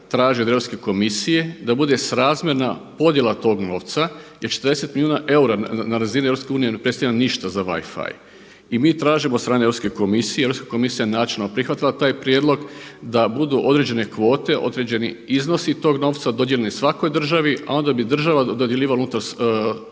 traži od Europske komisije da bude srazmjerna podjela tog novca jer 40 milijuna eura na razini EU ne predstavlja ništa za Wifi. I mi tražimo od strane europske komisije, Europska komisija je načelno prihvatila taj prijedlog da budu određene kvote, određeni iznosi tog novca dodijeljeni svakoj državi, a onda bi država dodjeljivala